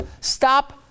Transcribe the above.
Stop